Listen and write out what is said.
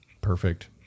Perfect